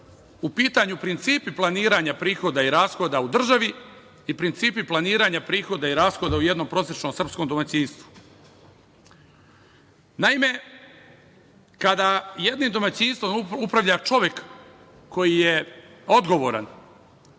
u pitanju principi planiranja prihoda i rashoda u državi i principi planiranja prihoda i rashoda u jednom prosečnom srpskom domaćinstvu. Naime, kada jednim domaćinstvom upravlja čovek koji je odgovoran,